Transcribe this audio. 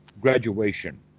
graduation